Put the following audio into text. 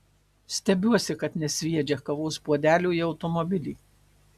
stebiuosi kad nesviedžia kavos puodelio į automobilį